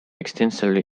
extensively